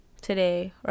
today